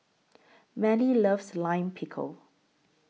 Mallie loves Lime Pickle